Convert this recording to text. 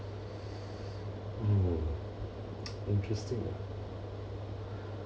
mm interesting lah